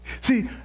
See